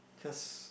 cause